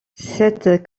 cette